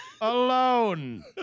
alone